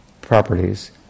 properties